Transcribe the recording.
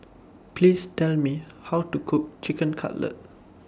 Please Tell Me How to Cook Chicken Cutlet